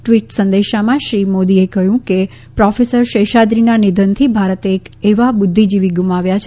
tweet સંદેશામાં શ્રી મોદીએ કહ્યું કે પ્રોફેસર શેષાદ્રીના નિધનથી ભારતે એક એવા બુદ્ધિજીવી ગુમાવ્યા છે